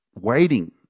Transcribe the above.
waiting